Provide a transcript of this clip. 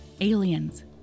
aliens